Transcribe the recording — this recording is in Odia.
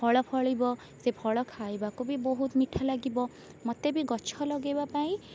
ଫଳ ଫଳିବ ସେ ଫଳ ଖାଇବାକୁ ବି ବହୁତ ମିଠା ଲାଗିବ ମୋତେ ବି ଗଛ ଲଗାଇବା ପାଇଁ